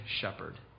shepherd